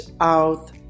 out